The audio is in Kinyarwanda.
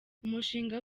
umushinga